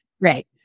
right